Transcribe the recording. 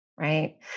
right